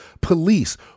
police